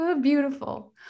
beautiful